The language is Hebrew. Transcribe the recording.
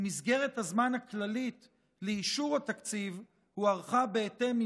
ומסגרת הזמן הכללית לאישור התקציב הוארכה בהתאם,